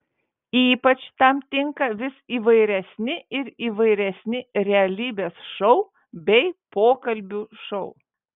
ypač tam tinka vis įvairesni ir įvairesni realybės šou bei pokalbių šou